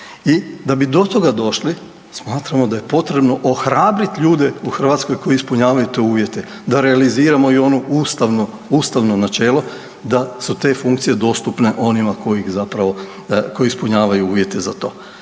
I da bi do toga došli, smatramo da je potrebno ohrabriti ljude u Hrvatskoj koji ispunjavanju te uvjete da realiziramo i onu ustavno načelo da su te funkcije dostupne onima koji zapravo, koji ispunjavaju uvjete za to.